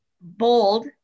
bold